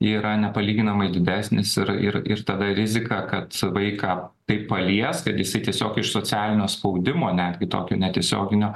yra nepalyginamai didesnis ir ir ir tada rizika kad vaiką tai palies kad jisai tiesiog iš socialinio spaudimo netgi tokio netiesioginio